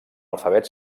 alfabet